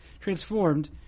transformed